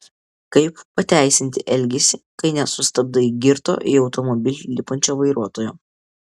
kaip pateisinti elgesį kai nesustabdai girto į automobilį lipančio vairuotojo